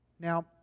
Now